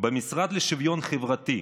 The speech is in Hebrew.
במשרד לשוויון חברתי,